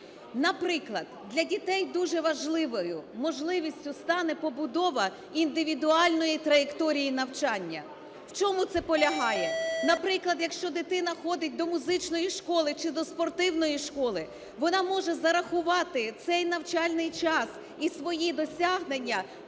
Наприклад, для дітей дуже важливою можливістю стане побудова індивідуальної траєкторії навчання. В чому це полягає? Наприклад, якщо дитина ходить до музичної школи чи до спортивної школи, вона може зарахувати цей навчальний час і свої досягнення у